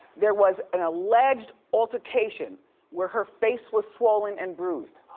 there was an alleged altercation where her face was swollen and bruised.